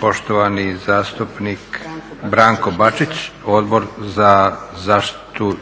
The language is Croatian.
Poštovani zastupnik Branko Bačić, Odbor za zaštitu